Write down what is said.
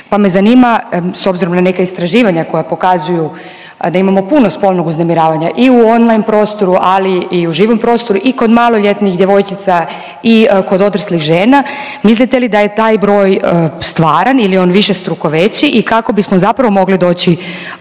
pa me zanima s obzirom na neka istraživanja koja pokazuju da imamo puno spolnog uznemiravanja i u on-line prostoru ali i u živom prostoru i kod maloljetnih djevojčica i kod odraslih žena. Mislite li da je taj broj stvaran ili je on višestruko veći i kako bismo zapravo mogli doći